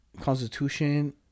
Constitution